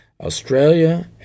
Australia